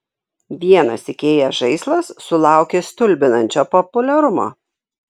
vienas ikea žaislas sulaukė stulbinančio populiarumo